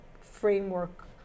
framework